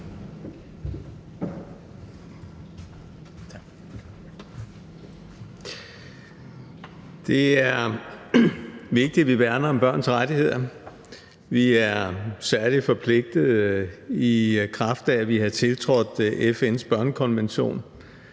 Det er vigtigt, at vi værner om børns rettigheder. Vi er særlig forpligtede, i kraft af at vi har tiltrådt FN's børnekonvention,